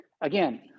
Again